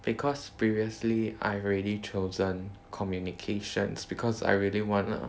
because previously I've already chosen communications because I really wanna